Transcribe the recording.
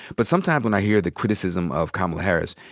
but sometimes when i hear the criticism of kamala harris,